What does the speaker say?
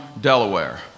Delaware